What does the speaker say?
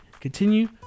Continue